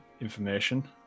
information